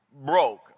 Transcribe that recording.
broke